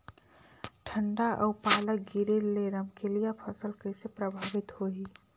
ठंडा अउ पाला गिरे ले रमकलिया फसल कइसे प्रभावित होही?